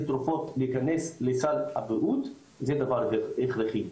תרופות יכנסו לסל הבריאות זה דבר הכרחי,